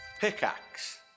Pickaxe